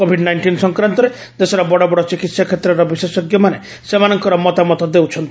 Covid nineteen ସଂକ୍ରାନ୍ତରେ ଦେଶର ବଡ଼ ବଡ଼ ଚିକିତ୍ସା କ୍ଷେତ୍ରର ବିଶେଷଜ୍ଞମାନେ ସେମାନଙ୍କର ମତାମତ ଦେଉଛନ୍ତି